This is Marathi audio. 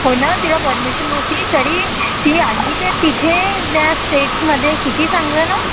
होना तिला परमिशन न्हवती तरी ती आलीना तिथे त्या स्टेट मध्ये किती चांगलं ना